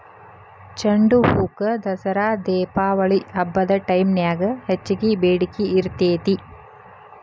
ಚಂಡುಹೂಕ ದಸರಾ ದೇಪಾವಳಿ ಹಬ್ಬದ ಟೈಮ್ನ್ಯಾಗ ಹೆಚ್ಚಗಿ ಬೇಡಿಕಿ ಇರ್ತೇತಿ